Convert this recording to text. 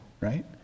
right